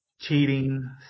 cheating